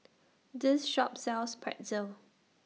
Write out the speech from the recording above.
This Shop sells Pretzel